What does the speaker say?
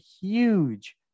huge